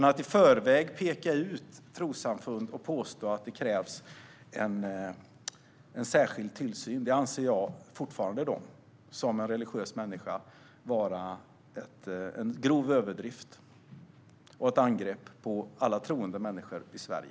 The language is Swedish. Att i förväg peka ut ett trossamfund och påstå att det krävs en särskild tillsyn för detta anser jag, som religiös människa, fortfarande vara en grov överdrift och ett angrepp på alla troende människor i Sverige.